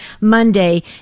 Monday